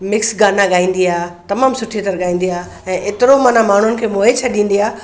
mix गाना गाईंदी आहे तमामु सुठे तरह गाईंदी आहे ऐं एतिरो माना माण्हुनि खे मोहे छॾींदी आहे